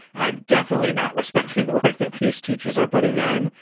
i'm definitely not respecting the work that these teachers are putting in.